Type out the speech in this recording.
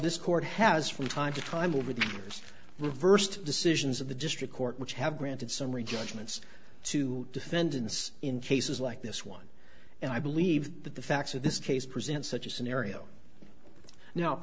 this court has from time to time over the years reversed decisions of the district court which have granted summary judgments to defendants in cases like this one and i believe that the facts of this case present such a scenario now